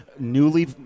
newly